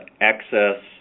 access